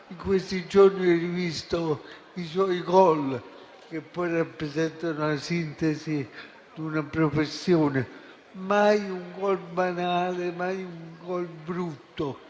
In questi giorni ho rivisto i suoi gol, che poi rappresentano la sintesi di una professione: mai un gol banale, mai un gol brutto,